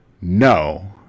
No